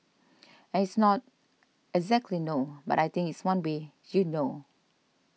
and it's not exactly no but I think it's one way you know